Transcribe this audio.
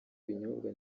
binyobwa